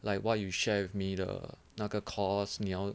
like what you share with me 的那个 course 你要